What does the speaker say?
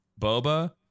Boba